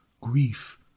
Grief